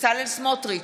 בצלאל סמוטריץ'